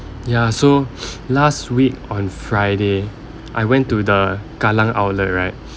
ya so last week on friday I went to the kallang outlet right